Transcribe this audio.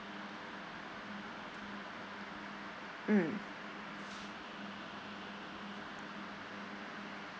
mm